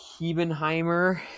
Hebenheimer